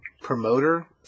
promoter